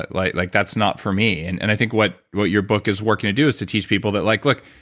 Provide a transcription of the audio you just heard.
like like that's not for me and and i think what what your book is working to do is to teach people that like, look,